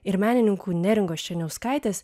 ir menininkų neringos černiauskaitės